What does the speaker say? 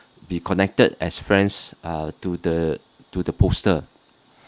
reconnected as friends uh to the to the poster